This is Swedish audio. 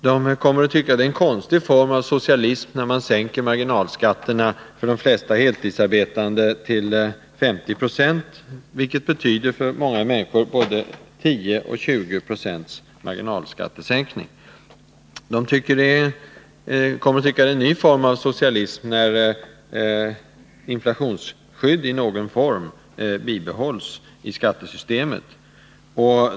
De kommer att tycka att det är en konstig form av socialism att marginalskatterna sänks till 50 20 för de flesta heltidsarbetande, vilket för många människor betyder 10-20 90 marginalskattesänkning. De kommer att tycka att det är en ny typ av socialism att inflationsskydd i någon form bibehålls i skattesystemet.